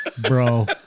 Bro